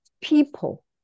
People